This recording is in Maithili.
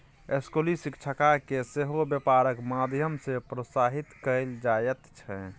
स्कूली शिक्षाकेँ सेहो बेपारक माध्यम सँ प्रोत्साहित कएल जाइत छै